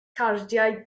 cardiau